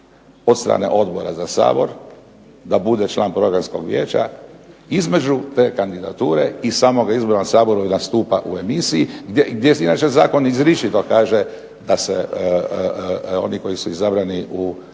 od strane odbora za Sabor, da bude član Programskog vijeća, između te kandidature i samoga izbora na Saboru nastupa u emisiji, gdje inače zakon izričito kaže da se oni koji su izabrani u